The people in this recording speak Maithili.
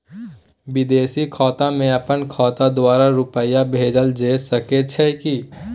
विदेशी खाता में अपन खाता द्वारा रुपिया भेजल जे सके छै की?